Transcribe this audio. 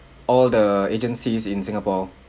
all the agencies in singapore